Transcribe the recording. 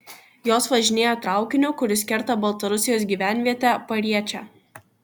jos važinėja traukiniu kuris kerta baltarusijos gyvenvietę pariečę